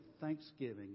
thanksgiving